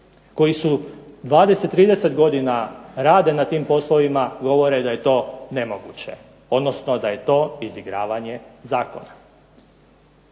koji su 20, 30 godina rade na tim poslovima govore da je to nemoguće, odnosno da je to izigravanje zakona.